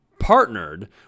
partnered